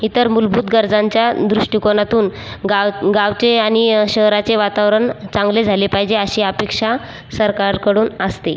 इतर मूलभूत गरजांच्या दृष्टिकोनातून गाव गावचे आणि शहराचे वातावरण चांगले झाले पायजे अशी अपेक्षा सरकारकडून असते